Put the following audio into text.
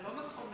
זה לא מכונן.